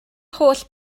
holl